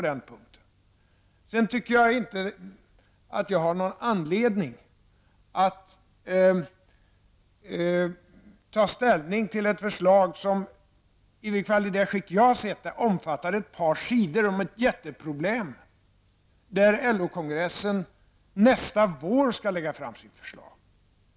Jag tycker inte att jag har någon anledning att ta ställning till ett förslag som -- i det skick som jag har sett det -- omfattar ett par sidor om ett jätteproblem, när LO-kongressen nästa vår skall lägga fram sitt förslag.